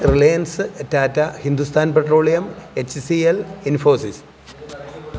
reliance Tata Hindustan petroleum H C L Infosys